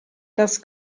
das